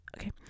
okay